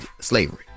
slavery